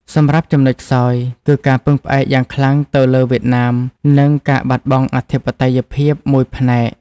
សម្រាប់ចំណុចខ្សោយ គឺការពឹងផ្អែកយ៉ាងខ្លាំងទៅលើវៀតណាម និងការបាត់បង់អធិបតេយ្យភាពមួយផ្នែក។